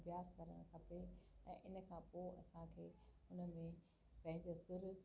अभ्यास करणु खपे ऐं इन खां पोइ असांखे उन में पंहिंजो सुरु